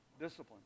discipline